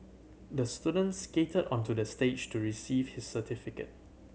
the student skated onto the stage to receive his certificate